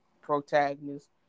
protagonist